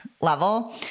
level